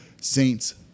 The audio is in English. Saints